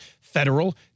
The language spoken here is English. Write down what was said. federal